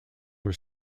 were